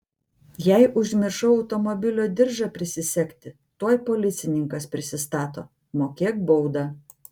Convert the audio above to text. jei užmiršau automobilio diržą prisisegti tuoj policininkas prisistato mokėk baudą